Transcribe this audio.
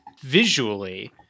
visually